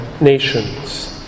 nations